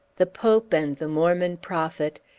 the pope and the mormon prophet,